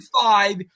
five